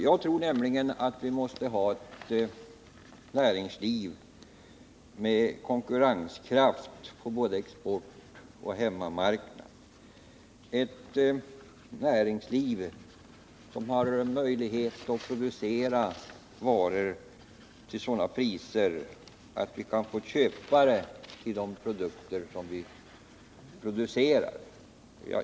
Jag tror nämligen att vi måste ha ett näringsliv med konkurrenskraft på både exportoch hemmamarknaden, ett näringsliv som har möjlighet att producera varor till sådana priser att vi kan få köpare till de produkter vi producerar.